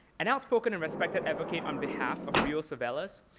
an outspoken and respected advocate on behalf of rio's favelas,